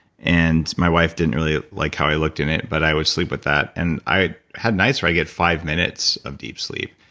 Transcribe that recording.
and my wife didn't really like how i looked in it, but i would sleep with that. and i had nights where i got five minutes of deep sleep.